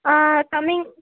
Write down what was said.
coming